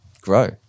grow